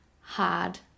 Hard